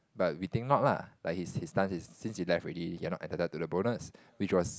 but we think not lah like his his stuns is since you left already you are not entitled to the bonus which was